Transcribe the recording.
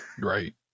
Right